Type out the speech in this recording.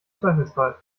zweifelsfall